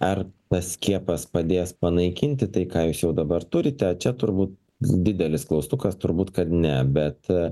ar pats skiepas padės panaikinti tai ką jūs jau dabar turite čia turbūt didelis klaustukas turbūt kad ne bet